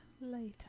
later